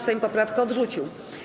Sejm poprawkę odrzucił.